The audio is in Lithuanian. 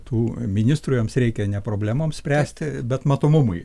tų ministrų joms reikia ne problemoms spręsti bet matomumui